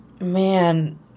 man